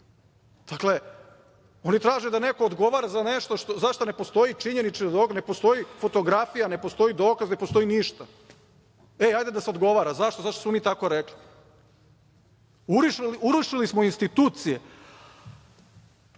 sati. Dakle, oni traže da neko odgovara za nešto za šta ne postoji činjenica, ne postoji fotografija, ne postoji dokaz, ne postoji ništa. E, ajde da se odgovara. Za šta? Zato što smo mi tako rekli. Urušili smo institucije.